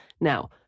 Now